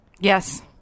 Yes